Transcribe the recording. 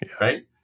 Right